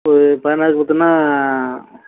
சரி பதினாறுக்கு பத்துன்னா